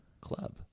Club